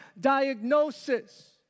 diagnosis